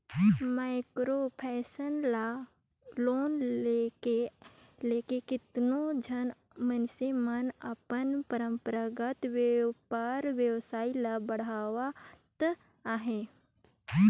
micro finance ले loan लेके केतनो झन मइनसे मन अपन परंपरागत बयपार बेवसाय ल बढ़ावत अहें